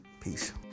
peace